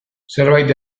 zerbait